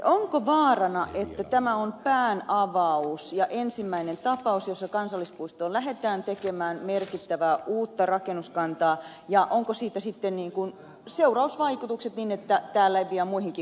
onko vaarana että tämä on päänavaus ja ensimmäinen tapaus jossa kansallispuistoon lähdetään tekemään merkittävää uutta rakennuskantaa ja onko siitä sitten seurausvaikutukset niin että tämä leviää muihinkin kansallispuistoihin